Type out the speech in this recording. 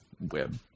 web